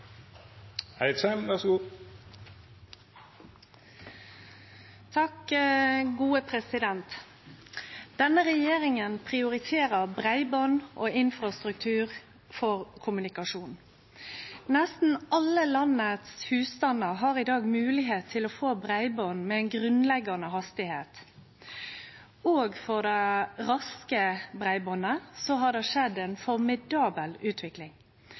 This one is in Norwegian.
Denne regjeringa prioriterer breiband og infrastruktur for kommunikasjon. Nesten alle husstandane i landet har i dag moglegheit til å få breiband med ei grunnleggjande hastigheit. Også for det raske breibandet har det skjedd ei formidabel utvikling.